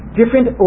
different